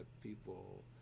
people